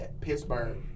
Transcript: Pittsburgh